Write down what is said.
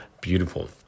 beautiful